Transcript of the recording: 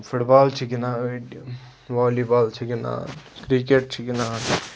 foot بال چھِ گِندان أڑۍ والی بال چھِ گِنٛدان کِرٛکٹ چھِ گنٛدان